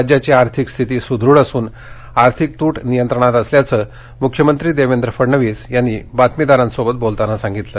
राज्याची आर्थिक स्थिती सुद्रढ असून आर्थिक तूट नियंत्रणात असल्याचं मुख्यमंत्री देवेंद्र फडणवीस यांनी बातमीदारांसोबत बोलताना सांगितलं